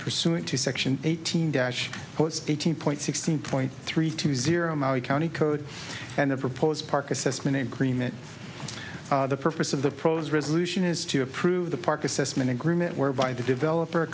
pursuant to section eighteen dash eighteen point sixteen point three two zero maui county code and the proposed park assessment in cream and the purpose of the pros resolution is to approve the park assessment agreement whereby the developer